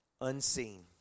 unseen